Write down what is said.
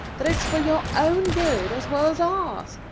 that it's for your own good as well as ours?